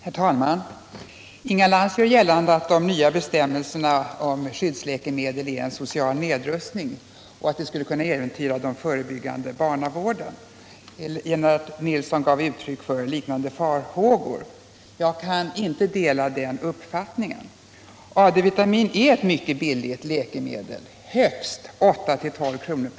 Herr talman! Inga Lantz gör gällande att de nya bestämmelserna om skyddsläkemedel är en social nedrustning och att de skulle kunna äventyra den förebyggande barnavården. Lennart Nilsson gav uttryck åt liknande farhågor. Jag kan inte dela den uppfattningen. AD-vitamin är ett mycket billigt läkemedel — det kostar 8-12 kr.